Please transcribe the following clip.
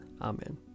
Amen